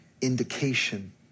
indication